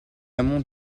amont